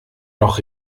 noch